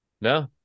No